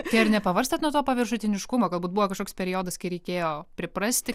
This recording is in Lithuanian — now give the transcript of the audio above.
tai ar nepavargstat nuo to paviršutiniškumo galbūt buvo kažkoks periodas kai reikėjo priprasti